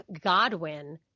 godwin